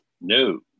No